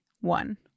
one